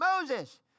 Moses